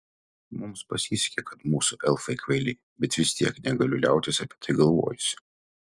mums pasisekė kad mūsų elfai kvailiai bet vis tiek negaliu liautis apie tai galvojusi